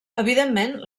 evidentment